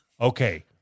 Okay